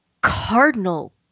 Cardinal